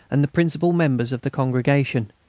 and the principal members of the congregation.